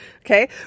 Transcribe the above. okay